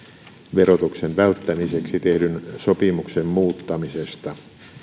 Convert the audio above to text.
verotuksen välttämiseksi tehdyn sopimuksen muuttamisesta